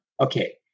Okay